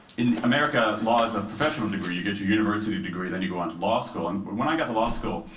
in america, law is a professional degree. you get your university degree then you go on to law school. and when i got to law school,